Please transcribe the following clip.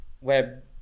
web